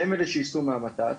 הם אלה שייסעו מהנת"צ,